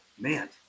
man